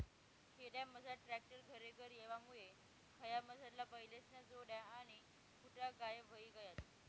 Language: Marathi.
खेडामझार ट्रॅक्टर घरेघर येवामुये खयामझारला बैलेस्न्या जोड्या आणि खुटा गायब व्हयी गयात